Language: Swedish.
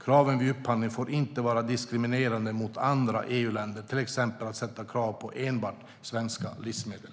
Kraven vid upphandling får inte vara diskriminerande mot andra EU-länder, till exempel att sätta krav på enbart svenska livsmedel.